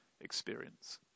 Experience